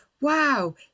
wow